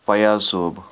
فیاض صٲب